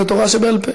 זו תורה שבעל פה".